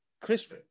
Chris